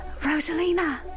Rosalina